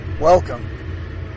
Welcome